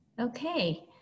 Okay